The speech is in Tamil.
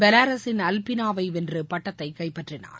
பெலாரஸின் அல்பினாவை வென்று பட்டத்தை கைப்பற்றினார்